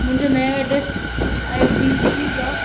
मुंहिंजो नयो एड्रेस आहे बी सी ब्लॉक